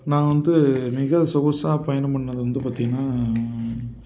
நான் வந்து மிக சொகுசாக பயணம் பண்ணது வந்து பார்த்திங்கன்னா